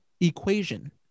equation